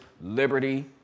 liberty